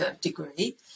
degree